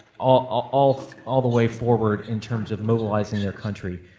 ah all all the way forward in terms of mobilizing their country.